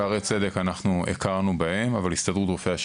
אנחנו הכרנו בשערי צדק אבל הסתדרות רופאי